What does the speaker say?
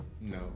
No